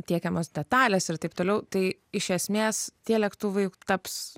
tiekiamos detalės ir taip toliau tai iš esmės tie lėktuvai juk taps